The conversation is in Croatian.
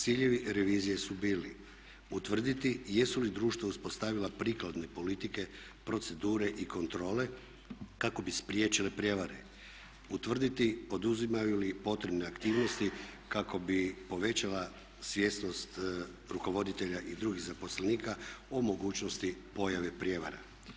Ciljevi revizije su bili utvrditi jesu li društva uspostavila prikladne politike, procedure i kontrole kako bi spriječile prijevare, utvrditi poduzimaju li potrebne aktivnosti kako bi povećala svjesnost rukovoditelja i drugih zaposlenika o mogućnosti pojave prijevara.